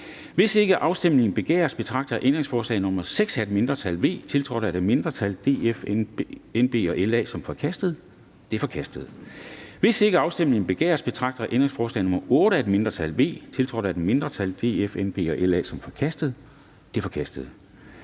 Hvis ikke afstemning begæres, betragter jeg ændringsforslag nr. 6 af et mindretal (V), tiltrådt af et mindretal (DF, NB og LA), som forkastet. Det er forkastet. Hvis ikke afstemning begæres, betragter jeg ændringsforslag nr. 8 af et mindretal (V), tiltrådt af et mindretal (DF, NB og LA), som forkastet. Det er forkastet.